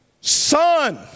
Son